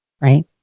right